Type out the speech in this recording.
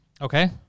Okay